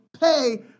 pay